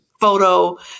photo